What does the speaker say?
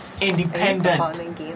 independent